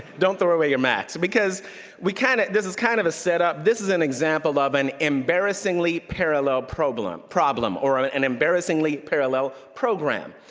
don't throw away your macs, because we kinda, this is kind of a set-up, this is an example of an embarrassingly parallel problem, or an an embarrassingly parallel program.